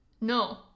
no